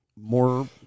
more